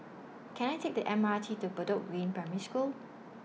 Can I Take The M R T to Bedok Green Primary School